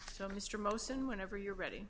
so mr most in whenever you're ready